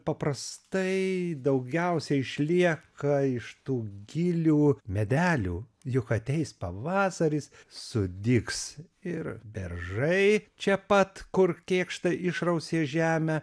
paprastai daugiausiai išlieka iš tų gėlių medelių juk ateis pavasaris sudygs ir beržai čia pat kur kėkštai išrausė žemę